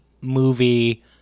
movie